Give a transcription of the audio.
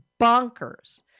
bonkers